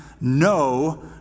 no